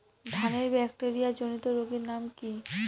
ধানের ব্যাকটেরিয়া জনিত রোগের নাম কি?